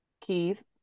Keith